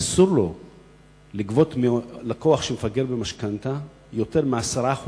אסור לו לגבות מלקוח שמפגר במשכנתה יותר מ-10%